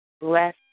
Bless